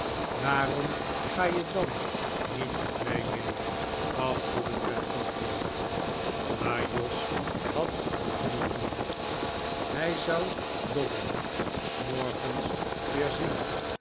waarom ga je dan niet met mij mee gaf dobbin ten antwoord maar jos had den moed niet hij zou dobbin smorgens weer zien